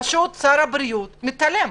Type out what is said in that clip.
שר הבריאות מתעלם,